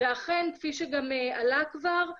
ואכן כפי שגם עלה כבר,